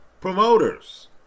promoters